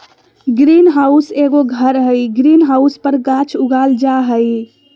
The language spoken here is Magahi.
ग्रीन हाउस एगो घर हइ, ग्रीन हाउस पर गाछ उगाल जा हइ